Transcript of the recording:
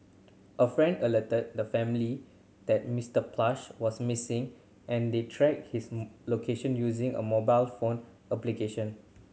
a friend alerted the family that Mister Plush was missing and they tracked his location using a mobile phone application